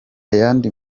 yandi